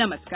नमस्कार